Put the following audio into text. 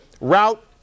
route